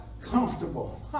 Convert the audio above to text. comfortable